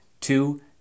Two